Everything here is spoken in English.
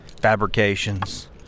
fabrications